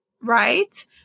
right